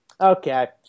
Okay